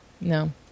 No